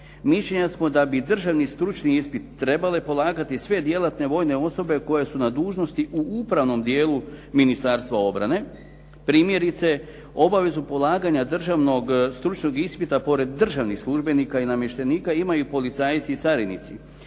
mišljenja smo da bi državni stručni ispit trebale polagati sve djelatne vojne osobe koje su na dužnosti u upravnom dijelu Ministarstva obrane. Primjerice, obavezu polaganja državnog stručnog ispita pored državnih službenika i namještenika imaju policajci i carinici.